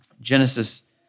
Genesis